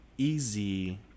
easy